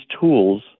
tools